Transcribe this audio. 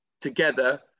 together